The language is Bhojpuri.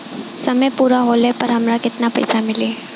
समय पूरा होला पर हमरा केतना पइसा मिली?